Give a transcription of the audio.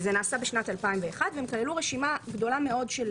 נעשה בשנת 2001 - שכללו רשימה גדולה מאוד של